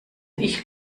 ich